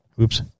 Oops